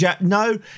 no